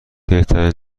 بهترین